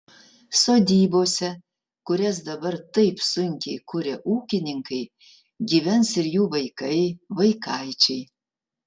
sodybose kurias dabar taip sunkiai kuria ūkininkai gyvens ir jų vaikai vaikaičiai